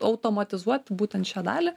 automatizuoti būtent šią dalį